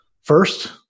first